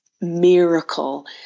miracle